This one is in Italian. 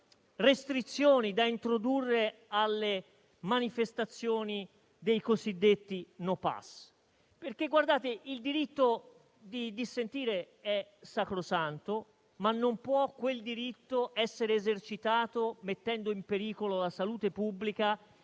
restrizioni da introdurre alle manifestazioni dei cosiddetti no *pass*. Il diritto di dissentire è sacrosanto, ma quel diritto non può essere esercitato mettendo in pericolo la salute pubblica